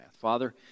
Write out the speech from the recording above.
Father